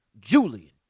Julian